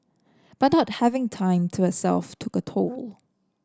but not having time to herself took a toll